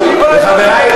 וחברי,